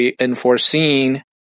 unforeseen